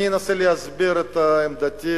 אני אנסה להסביר את עמדתי.